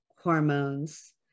hormones